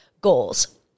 goals